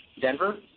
Denver